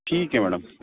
ठीक है मैडम